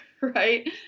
right